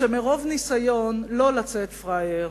שמרוב ניסיון לא לצאת פראייר,